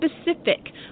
specific